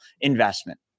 investment